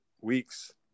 weeks